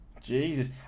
Jesus